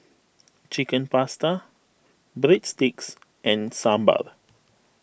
Chicken Pasta Breadsticks and Sambar